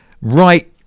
right